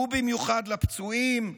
ובמיוחד לפצועים,